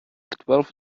twelve